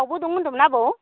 दाउबो दं होनदोंमोनना आबौ